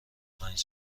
پنج